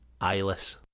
eyeless